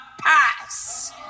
pass